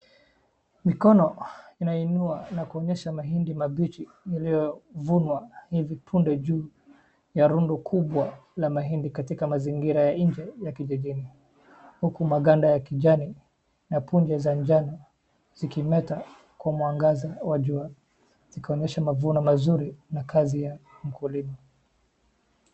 Mikono inainua na kuonyesha mahindi mabichi yaliyovunwa hivi punde juu ya rondo kubwa la mahindi katika mazingira ya nje ya kijijini, huku maganda ya kijani na punje za kijani zikimeta kwa mwangaza wa jua. Kuonyesha mavuno mazuri na kazi ya mkulima.